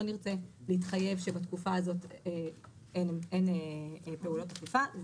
נרצה להתחייב שבתקופה הזאת אין פעולות אכיפה.